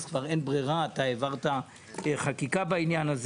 מזמין אותך חבר הכנסת גפני להיות שותף גם בפתרונות.